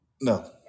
No